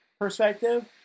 perspective